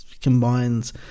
combines